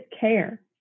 care